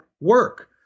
work